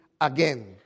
again